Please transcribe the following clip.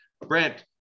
Brent